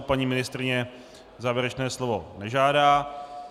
Paní ministryně závěrečné slovo nežádá.